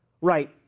right